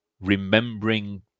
remembering